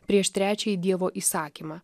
prieš trečiąjį dievo įsakymą